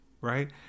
right